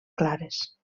clares